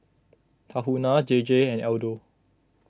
Tahuna J J and Aldo